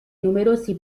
numerosi